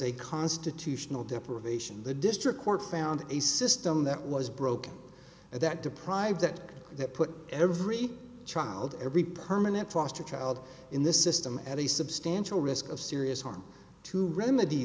a constitutional deprivation the district court found a system that was broken at that deprived that that put every child every permanent foster child in the system at a substantial risk of serious harm to remedy